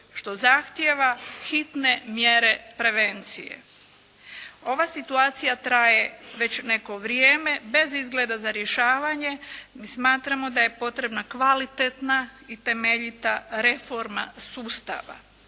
što zahtjeva hitne mjere prevencije. Ova situacija traje već neko vrijeme bez izgleda za rješavanje. Mi smatramo da je potrebna kvalitetna i temeljita reforma sustava.